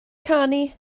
canu